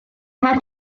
had